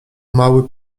mały